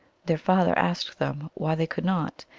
their father asked them why they could not.